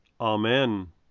amen